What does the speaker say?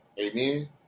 Amen